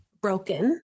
broken